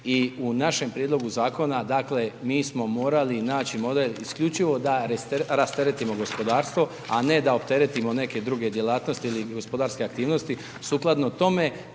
i u našem prijedlogu zakona, dakle, mi smo morali naći model isključivo da rasteretimo gospodarstvo, a ne da opteretimo neke druge djelatnosti ili gospodarske aktivnosti sukladno tome.